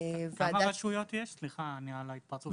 וועדת --- כמה רשויות יש, סליחה על ההתפרצות.